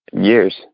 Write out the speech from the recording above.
years